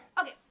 okay